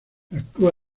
actúa